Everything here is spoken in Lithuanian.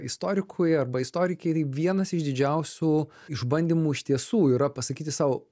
istorikui arba istorikei tai vienas iš didžiausių išbandymų iš tiesų yra pasakyti sau